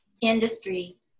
industry